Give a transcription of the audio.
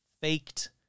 faked